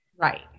Right